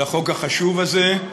לחוק החשוב הזה,